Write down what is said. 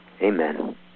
Amen